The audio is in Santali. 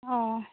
ᱚ